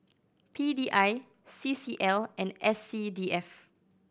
P D I C C L and S C D F